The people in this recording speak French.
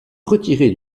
retiré